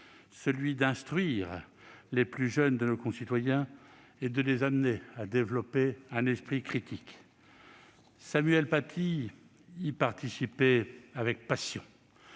celui d'instruire les plus jeunes de nos concitoyens et de les amener à développer un esprit critique. Samuel Paty y participait avec passion.